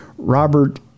Robert